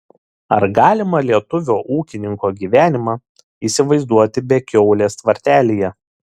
ar galima lietuvio ūkininko gyvenimą įsivaizduoti be kiaulės tvartelyje